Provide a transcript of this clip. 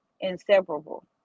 inseparable